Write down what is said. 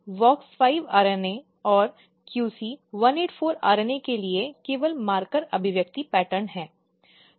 और ये WOX5 RNA और QC 184 RNA के लिए केवल मार्कर अभिव्यक्ति पैटर्न हैं